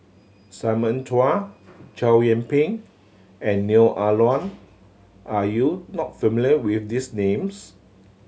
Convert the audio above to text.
Simon Chua Chow Yian Ping and Neo Ah Luan are you not familiar with these names